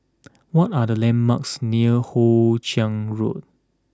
what are the landmarks near Hoe Chiang Road